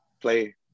play